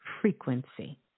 frequency